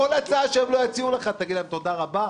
כל הצעה שהם לא יציעו לך תגיד להם: תודה רבה,